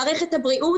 מערכת הבריאות,